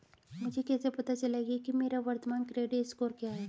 मुझे कैसे पता चलेगा कि मेरा वर्तमान क्रेडिट स्कोर क्या है?